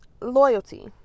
loyalty